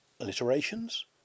Alliterations